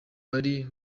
wari